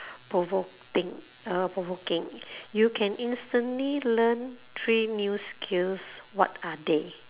provoting uh provoking you can instantly learn three new skills what are they